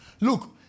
Look